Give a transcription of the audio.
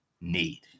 need